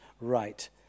right